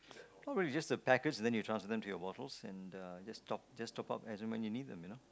not really it's just the package and then you transfer them to your bottles and uh just top just top up as and when you need them you know